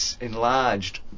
enlarged